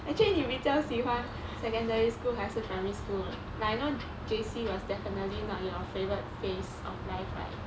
actually 你比较喜欢 secondary school 还是 primary school like I know J_C was definitely not your favourite phase of life right